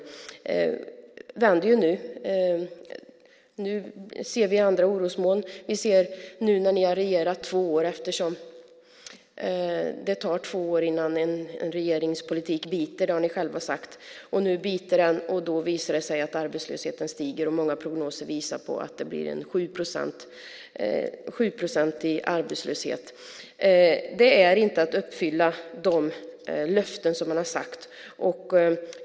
Den vänder nu, och vi ser andra orosmoln. Ni har nu regerat i två år. Det tar två år innan en regerings politik biter, som ni själva har sagt. Nu biter den. Det visar sig att arbetslösheten stiger och att många prognoser visar på att det blir en 7-procentig arbetslöshet. Det är inte att uppfylla de löften som man har gett.